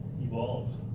evolved